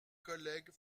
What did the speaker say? collègues